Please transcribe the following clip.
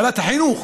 ועדת החינוך